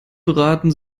beraten